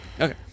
okay